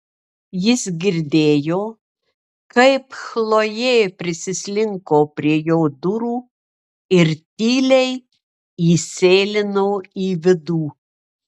jis girdėjo kaip chlojė prislinko prie jo durų ir tyliai įsėlino į vidų